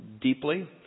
deeply